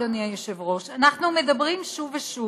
אדוני היושב-ראש: אנחנו מדברים שוב ושוב